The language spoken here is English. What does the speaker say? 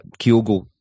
Kyogo